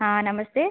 हाँ नमस्ते